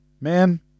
man